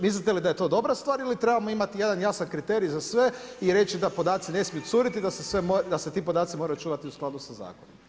Mislite li da je to dobra stvar ili trebamo imati jedan jasan kriterij za sve i reći da podaci ne smiju curiti, da se ti podaci moraju čuvati u skladu sa zakonom?